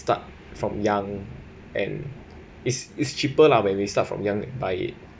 start from young and it's it's cheaper lah when we start from young and buy it